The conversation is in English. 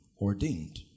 ordained